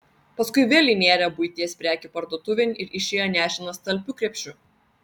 paskui vėl įnėrė buities prekių parduotuvėn ir išėjo nešinas talpiu krepšiu